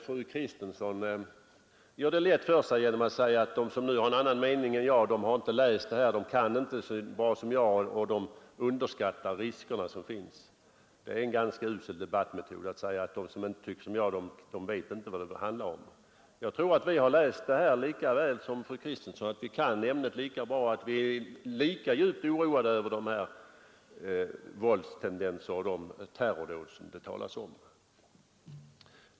Fru Kristensson gör det lätt för sig genom att säga att de som har en annan mening än hon inte har läst på och inte kan frågan lika bra som hon och att de skulle underskatta de risker som finns i detta sammanhang. Det är en usel debattmetod att säga att de som inte tycker som man själv gör inte vet vad det handlar om. Jag tror att vi har läst in ärendet lika väl som fru Kristensson och kan ämnet lika bra, och vi är lika djupt oroade över de våldstendenser och de terrordåd som det handlar om.